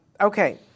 okay